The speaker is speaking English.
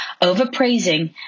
over-praising